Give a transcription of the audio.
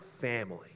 family